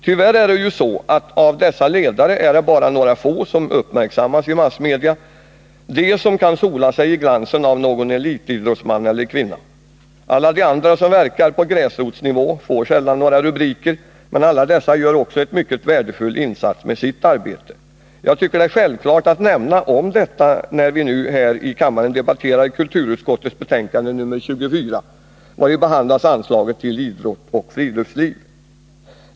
Tyvärr är det ju så att av dessa ledare är det bara några få som uppmärksammas i massmedia — de som får sola sig i glansen av någon elitidrottsman eller elitidrottskvinna. Alla de andra, som verkar på gräsrotsnivå, får sällan några rubriker, men dessa gör också en mycket värdefull insats med sitt arbete. Jag tycker att det är självklart att nämna detta när vi här i kammaren debatterar kulturutskottets betänkande nr 24, vari behandlas anslaget till idrott och friluftsliv.